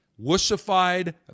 Wussified